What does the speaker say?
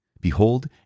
Behold